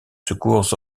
secours